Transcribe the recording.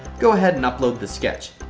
go ahead and upload the sketch.